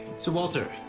so walter,